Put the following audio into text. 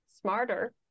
smarter